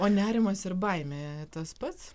o nerimas ir baimė tas pats